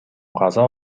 каза